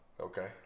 Okay